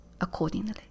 accordingly